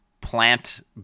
plant